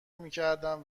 میکردم